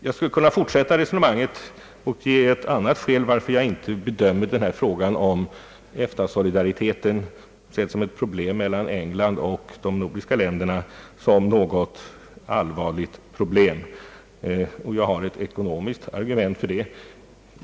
Jag skulle kunna fortsätta resonemanget och ge ett annat skäl varför jag inte bedömer frågan om EFTA-solidariteten mellan England och de nordiska länderna som ett allvarligt problem. Skälet är ett ekonomiskt argument.